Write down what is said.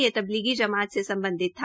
ये तबलीगी जमात से सम्बधित था